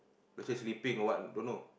okay sleeping or what don't know